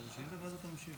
אנא, תפוס את מקומך.